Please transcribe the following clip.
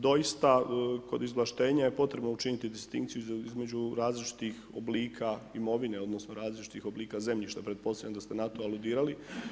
Doista kod izvlaštenja je potrebno učiniti distinkciju između različitih oblika imovine odnosno različitih oblika zemljišta, pretpostavljam da ste na to aludirali.